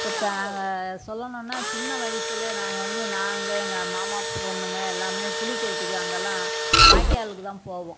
இப்போ த நாங்கள் சொல்லணுன்னா சின்ன வயிசில் நாங்கள் வந்து நாங்கள் எங்கள் மாமா பொண்ணுங்கள் எல்லாமே குளிக்கிறதுக்கு அங்கேலாம் வாய்க்காலுக்கு தான் போவோம்